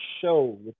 show